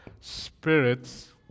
spirits